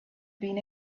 been